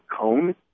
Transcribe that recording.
cone